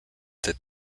that